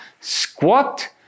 squat